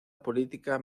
política